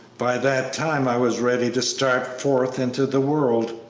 by that time i was ready to start forth into the world,